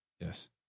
yes